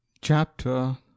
Chapter